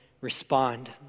respond